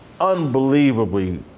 unbelievably